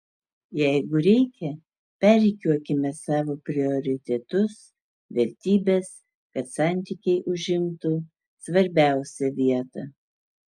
jeigu reikia perrikiuokime savo prioritetus vertybes kad santykiai užimtų svarbiausią vietą